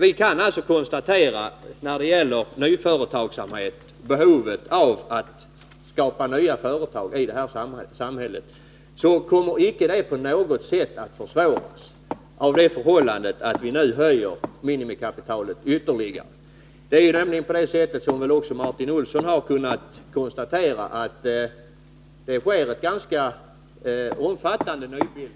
Vi kan alltså konstatera behovet av att skapa nya företag i vårt samhälle, och detta kommer icke på något sätt att försvåras av det förhållandet att vi nu höjer minimikapitalet ytterligare. Som väl också Martin Olsson har kunnat iaktta sker det nämligen en ganska omfattande nybildning